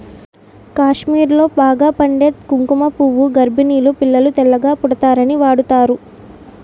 కాశ్మీర్లో బాగా పండే కుంకుమ పువ్వు గర్భిణీలు పిల్లలు తెల్లగా పుడతారని వాడుతారు